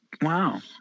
Wow